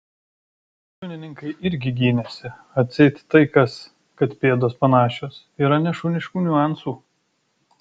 šunininkai irgi gynėsi atseit tai kas kad pėdos panašios yra nešuniškų niuansų